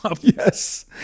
yes